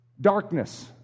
Darkness